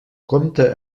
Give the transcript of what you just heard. compte